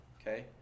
Okay